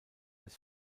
des